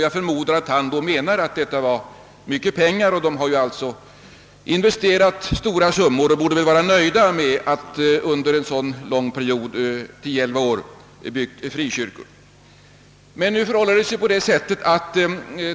Jag förmodar att han därmed menar att detta är mycket pengar och att frikyrkorna redan under en lång period investerat stora summor och därför väl borde vara nöjda.